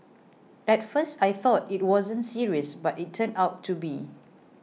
at first I thought it wasn't serious but it turned out to be